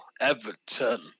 Everton